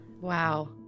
wow